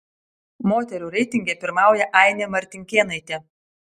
moterų reitinge pirmauja ainė martinkėnaitė